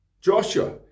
Joshua